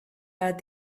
heard